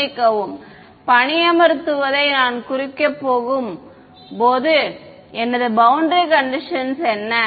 மன்னிக்கவும் பணியமர்த்துவதை நான் குறிக்கப் போகும் எனது பௌண்டரி கண்டிஷன்ஸ் என்ன